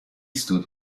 stood